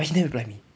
but she never reply me